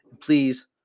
Please